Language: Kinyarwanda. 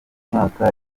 mwaka